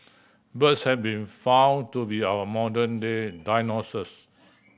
birds have been found to be our modern day dinosaurs